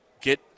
get